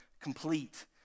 complete